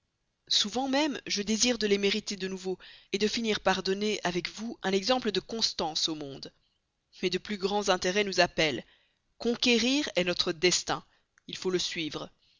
souvent même je désire de les mériter de nouveau de finir par donner avec vous un exemple de constance au monde mais de plus grands intérêts nous appellent conquérir est notre destin il faut le suivre